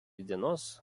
dienos